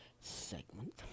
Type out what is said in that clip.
segment